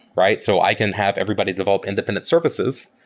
right? so i can have everybody develop independent services,